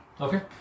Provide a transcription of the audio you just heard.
Okay